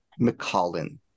McCollin